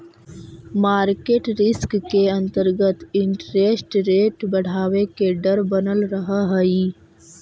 market risk के अंतर्गत interest rate बढ़वे के डर बनल रहऽ हई